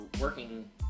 working